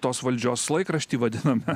tos valdžios laikrašty vadiname